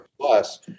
plus